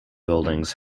buildings